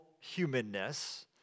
humanness